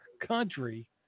country